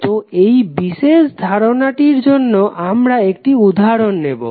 তো এই বিশেষ ধারণাটির জন্য আমরা একটি উদাহরণ নেবো